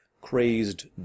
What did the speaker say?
crazed